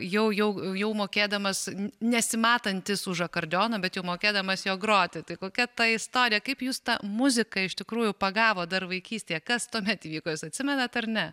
jau jau jau mokėdamas nesimatantis už akordeono bet jau mokėdamas juo groti tai kokia ta istorija kaip jus ta muzika iš tikrųjų pagavo dar vaikystėje kas tuomet įvyko jūs atsimenat ar ne